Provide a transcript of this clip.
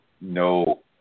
no